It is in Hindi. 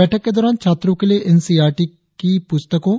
बैठक के दौरान छात्रों के लिए N C E R T के पुस्तकों